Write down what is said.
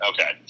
okay